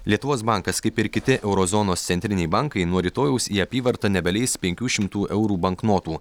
lietuvos bankas kaip ir kiti euro zonos centriniai bankai nuo rytojaus į apyvartą nebeleis penkių šimtų eurų banknotų